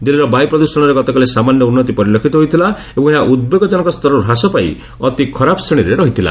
ଦିଲ୍ଲୀର ବାୟୁ ପ୍ରଦୃଷଣରେ ଗତକାଲି ସାମାନ୍ୟ ଉନ୍ନତି ପରିଲକ୍ଷିତ ହୋଇଥିଲା ଏବଂ ଏହା ଉଦ୍ବେଗଜନକ ସ୍ତରରୁ ହ୍ରାସ ପାଇ ଅତି ଖରାପ ଶ୍ରେଣୀରେ ରହିଥିଲା